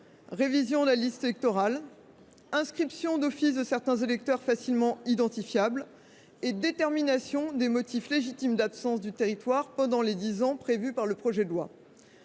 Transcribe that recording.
révision de la liste électorale, inscription d’office de certains électeurs facilement identifiables et détermination des motifs légitimes d’absence du territoire durant le délai de dix ans prévu par le projet de loi.